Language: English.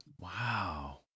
wow